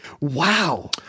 Wow